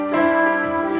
down